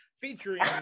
featuring